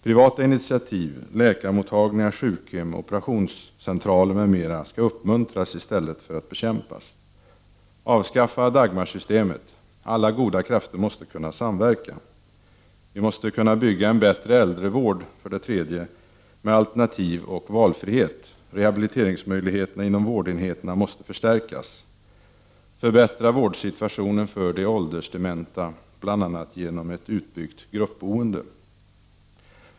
Privata initiativ, läkarmottagningar, sjukhem, operationscentraler m.m. skall uppmuntras i stället för att bekämpas. Avskaffa Dagmarsystemet! Alla goda krafter måste kunna samverka. 3. Vi måste bygga en bättre äldrevård med alternativ och valfrihet. Rehabiliteringsmöjligheterna inom vårdenheterna måste förstärkas. Förbättra vårdsituationen för de åldersdementa, bl.a. genom ett utbyggt gruppboende!